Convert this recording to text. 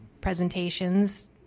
presentations